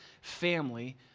family